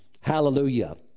Hallelujah